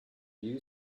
you